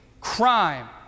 crime